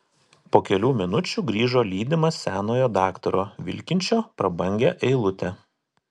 po kelių minučių grįžo lydimas senojo daktaro vilkinčio prabangią eilutę